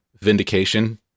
vindication